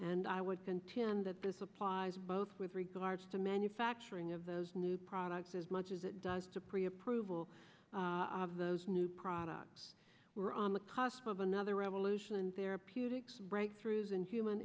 and i would contend that this applies both with regards to manufacturing of those new products as much as it does to pre approval of those new products we're on the cusp of another revolution in therapeutics breakthroughs in human